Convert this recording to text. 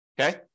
Okay